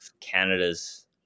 Canada's